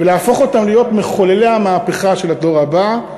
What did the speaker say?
ולהפוך אותם להיות מחוללי המהפכה של הדור הבא,